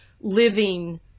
living